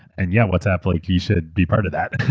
and yeah whatsapp, like you should be part of that.